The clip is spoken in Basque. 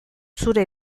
zure